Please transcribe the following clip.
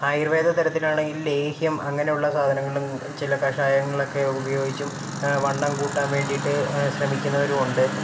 ആയുർവേദ തരത്തിലാണെങ്കിൽ ലേഹ്യം അങ്ങനെയുള്ള സാധനങ്ങളും ചില കഷായങ്ങളൊക്കെ ഉപയോഗിച്ചും വണ്ണം കൂട്ടാൻ വേണ്ടിട്ട് ശ്രമിക്കുന്നവരും ഉണ്ട്